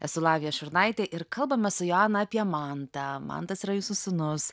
esu lavija šurnaitė ir kalbamės su joana apie mantą mantas yra jūsų sūnus